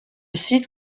site